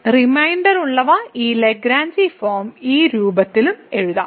റിമൈൻഡർയുള്ളവയുടെ ഈ Lagrange form ഈ രൂപത്തിലും എഴുതാം